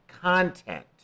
content